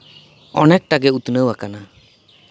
ᱚᱱᱮᱠᱴᱟ ᱜᱮ ᱩᱛᱱᱟᱹᱣ ᱟᱠᱟᱱᱟ